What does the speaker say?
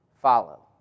follow